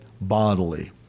bodily